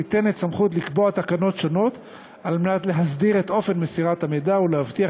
ניתנת סמכות לקבוע תקנות כדי להסדיר את אופן מסירת המידע ולהבטיח